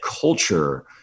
culture